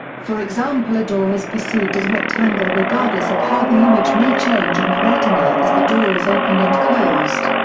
for example a door is perceived as rectangle regardless of how the image may change on the retina as the door is opened and closed.